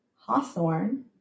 hawthorn